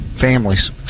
families